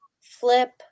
flip